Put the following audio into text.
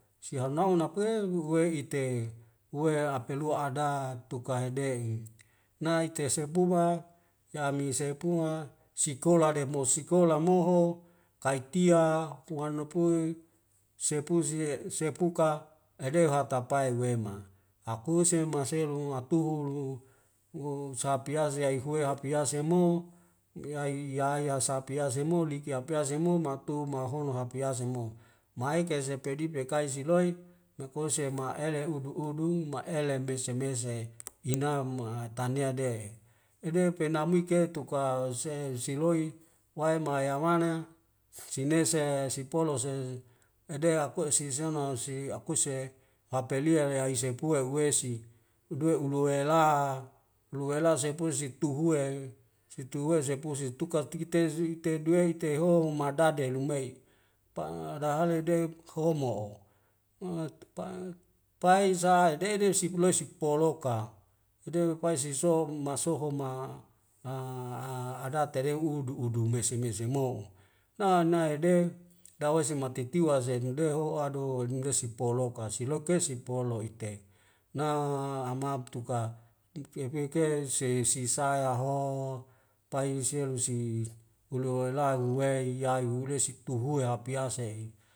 Siha nau nakwe luhu we'ite wehe apelua adab tukahe de nai te sepuha yami sepuha sikola demo sikola moho kai tia puana pue sepu se sepuka aede huatapae wema. akuse maselo atuhu luhur wuhu sapiaza yayhue hapiase mo me ae yaya sapiaze mo liki apeaze mo maktu mahono hapiaze mo. mai kezep kedik nai kai siloi makonse ma ele udu udung ma ele meze meze ina ma'a tania de ebew kena mike tuka se siloi wae mayamana senese e sipolese edea akua isiseonose akuse hapelia yay sepue uwesi hudea ulua ela lua ela sepua situhue situhue sepua setukar tiki te siki te duwei te ho madade lumeik ta'adahale deik hohomo oatak kai sarai deu deu siku lai siku poloka idew ukuwai sisohom masohum ma a a adatere udu udu meseng meseng mo na nai de dawei si matitiwa si dewa howa do linresi poloka siloke sipolo itei na amab tuka dikekeke se si saya ho payu selusi hulu oilang wei yay ulesi tuhuya api yaseng